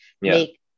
make